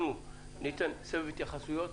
אנחנו ניתן סבב התייחסויות.